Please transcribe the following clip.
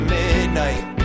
midnight